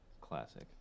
classic